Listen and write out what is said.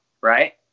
right